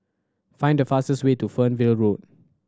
find the fastest way to Fernvale Road